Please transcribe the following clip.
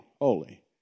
holy